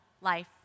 life